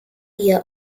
year